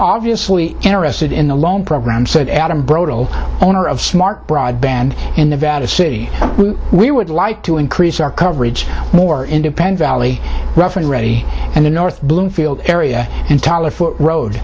obviously interested in the loan program said adam brody owner of smart broadband in nevada city we would like to increase our coverage more independent really rough and ready in the north bloomfield area and tell us what road